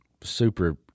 super